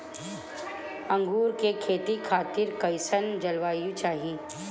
अंगूर के खेती खातिर कइसन जलवायु चाही?